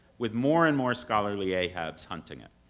with more and more scholarly ahabs hunting it.